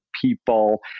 people